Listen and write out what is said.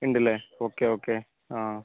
ഉണ്ടല്ലേ okay okay ആ